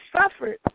suffered